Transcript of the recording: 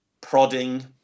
prodding